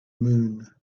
moon